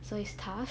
so it's tough